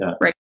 right